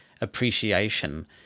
appreciation